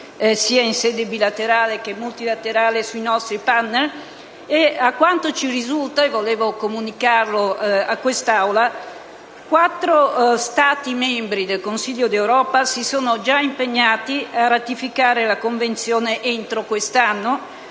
sia in sede bilaterale che multilaterale, sui nostri *partner*. A quanto ci risulta - desidero comunicarlo a questa Assemblea - quattro Stati membri del Consiglio d'Europa si sono già impegnati a ratificare la Convenzione entro quest'anno: